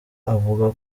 avuga